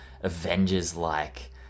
Avengers-like